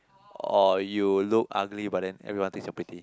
or you look ugly but then everyone thinks you're pretty